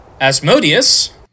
Asmodeus